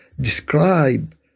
describe